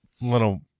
little